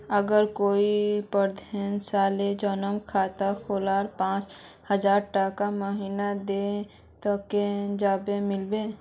अगर मुई पन्द्रोह सालेर जमा खाता खोलूम पाँच हजारटका महीना ते कतेक ब्याज मिलबे?